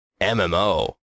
MMO